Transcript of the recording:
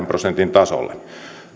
prosentin tasolle